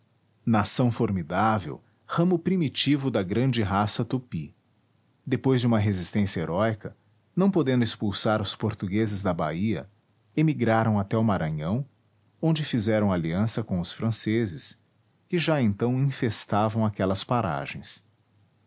nação formidável ramo primitivo da grande raça tupi depois de uma resistência heróica não podendo expulsar os portugueses da bahia emigraram até o maranhão onde fizeram aliança com os franceses que já então infestavam aquelas paragens